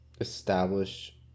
establish